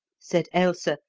said ailsa,